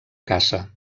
caça